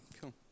Cool